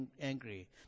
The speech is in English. angry